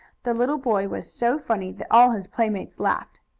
the little boy was so funny that all his playmates laughed.